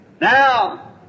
Now